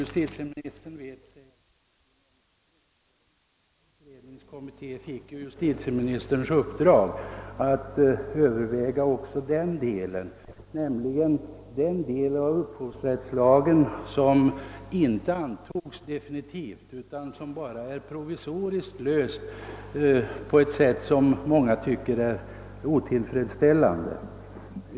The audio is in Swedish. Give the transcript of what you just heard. Justitieministern vet mycket väl att samma utredningskommitté fick hans uppdrag att även överväga utformandet av den del av upphovsrättslagen som inte antagits definitivt utan som bara fått en provisorisk lösning vilken många finner otillfredsställande.